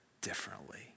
differently